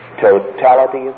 totality